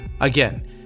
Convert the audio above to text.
Again